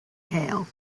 hale